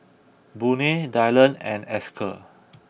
Boone Dyllan and Esker